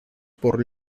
por